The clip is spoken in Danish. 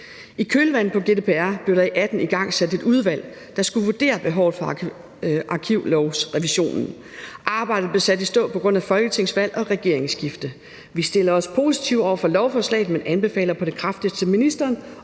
I kølvandet på GDPR blev der i 2018 igangsat et udvalg, der skulle vurdere behovet for arkivlovsrevisionen. Arbejdet blev sat i stå på grund af folketingsvalg og regeringsskifte. Vi stiller os positive over for lovforslaget, men anbefaler på det kraftigste ministeren